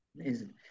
amazing